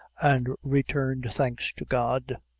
and returned thanks to god.